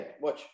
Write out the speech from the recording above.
Watch